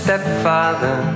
Stepfather